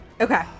Okay